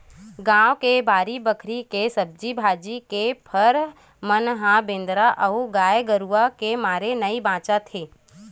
गाँव के बाड़ी बखरी के सब्जी भाजी, के फर मन ह बेंदरा अउ गाये गरूय के मारे नइ बाचत हे